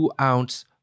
ounce